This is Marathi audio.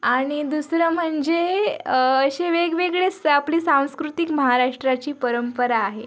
आणि दुसरं म्हणजे असे वेगवेगळे स आपली सांस्कृतिक महाराष्ट्राची परंपरा आहे